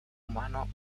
humano